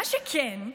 מה שכן,